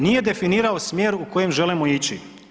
Nije definirao smjer u kojem želimo ići.